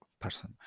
person